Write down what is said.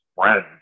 friends